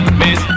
miss